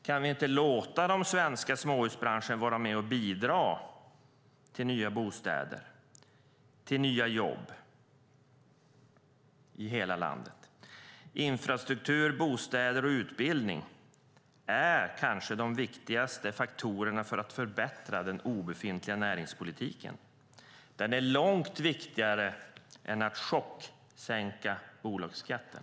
Kan ni inte låta den svenska småhusbranschen vara med och bidra till nya bostäder och nya jobb i hela landet? Infrastruktur, bostäder och utbildning är kanske de viktigaste faktorerna för att förbättra den obefintliga näringspolitiken. Det är långt viktigare än att chocksänka bolagsskatten.